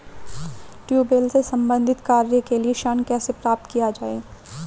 Tubewell से संबंधित कार्य के लिए ऋण कैसे प्राप्त किया जाए?